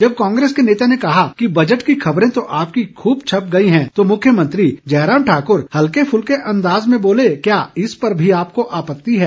जब कांग्रेस के नेता ने कहा कि बजट की खबरें तो आपकी खूब छप गई हैं तो मुख्यमंत्री जयराम ठाक्र हल्के फूल्के अंदाज में बोले क्या इस पर भी आपको आपत्ति है